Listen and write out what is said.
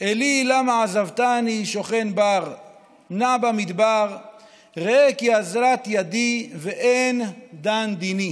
"אלי למה עזבתני שוכן בר / נע במדבר / ראה כי אוזלת ידי ואין דן דיני.